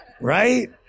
Right